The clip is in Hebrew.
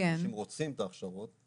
שרוצים את ההכשרות,